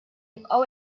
jibqgħu